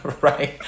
right